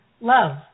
Love